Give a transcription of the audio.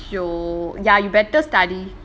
yo~ ya you better study